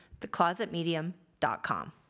theclosetmedium.com